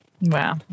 Wow